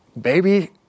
baby